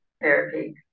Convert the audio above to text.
therapy